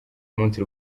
munsi